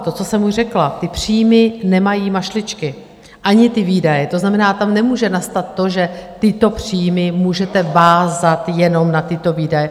To, co jsem už řekla, ty příjmy nemají mašličky, ani ty výdaje, to znamená, tam nemůže nastat to, že tyto příjmy můžete vázat jenom na tyto výdaje.